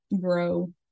grow